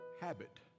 habit